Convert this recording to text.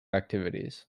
activities